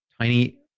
tiny